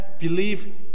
Believe